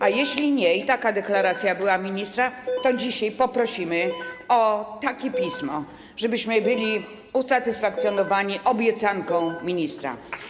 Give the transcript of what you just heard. A jeśli nie, i taka była deklaracja ministra, to dzisiaj poprosimy o takie pismo, żebyśmy byli usatysfakcjonowani obiecanką ministra.